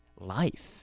life